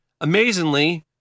Amazingly